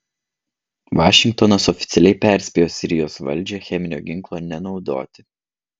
vašingtonas oficialiai perspėjo sirijos valdžią cheminio ginklo nenaudoti